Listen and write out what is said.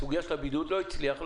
הסוגיה של הבידוד לא הצליחה.